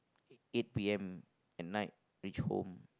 eight P_M at night reach home